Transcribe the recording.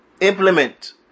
implement